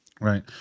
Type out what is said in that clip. Right